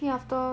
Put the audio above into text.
yeah